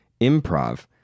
improv